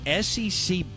SEC